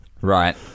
Right